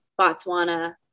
Botswana